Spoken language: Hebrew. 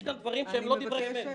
יש כאן דברים שהם לא דברי אמת.